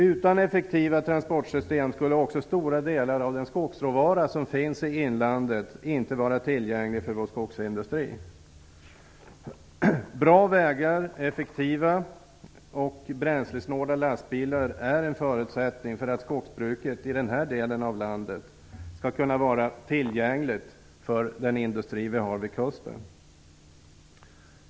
Utan effektiva transportsystem skulle också stora delar av den skogsråvara som finns i inlandet inte vara tillgänglig för vår skogsindustri. Bra vägar och effektiva och bränslesnåla lastbilar är en förutsättning för att skogsbruket i den här delen av landet skall kunna vara tillgängligt för den industri som finns vid kusten.